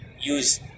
use